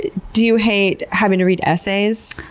ah do you hate having to read essays?